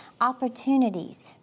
opportunities